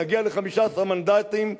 נגיע ל-15 מנדטים,